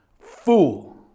fool